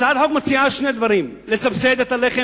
הצעת החוק מציעה שני דברים: לסבסד את הלחם